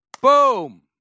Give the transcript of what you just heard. boom